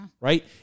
right